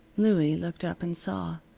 louie looked up and saw.